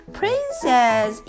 princess